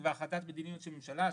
זו כבר החלטת מדיניות של ממשלה,